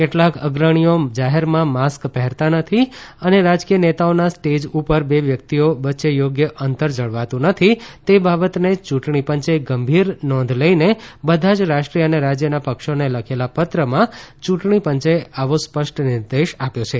કેટલાંક અગ્રણીઓ જાહેરમાં માસ્ક પહેરતા નથી અને રાજકીય નેતાઓના સ્ટેજ ઉપર બે વ્યક્તિઓ વચ્ચે યોગ્ય અંતર જળવાતું નથી તે બાબતને ચૂંટણી પંચે ગંભીર નોંધ લઈને બધા જ રાષ્ટ્રીય અને રાશ્યના પક્ષોને લખેલા પત્રમાં યૂંટણી પંચે આવો સ્પષ્ટ નિર્દેશ આપ્યો છે